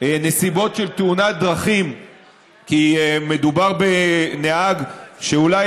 נסיבות של תאונת דרכים כי מדובר בנהג שאולי